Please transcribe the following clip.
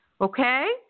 Okay